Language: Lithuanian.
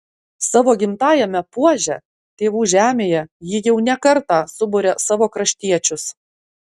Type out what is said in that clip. savo gimtajame puože tėvų žemėje ji jau ne kartą suburia savo kraštiečius